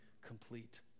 complete